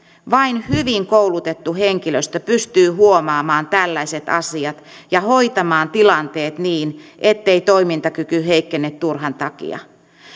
vain hyvin koulutettu henkilöstö pystyy huomaamaan tällaiset asiat ja hoitamaan tilanteet niin ettei toimintakyky heikkene turhan takia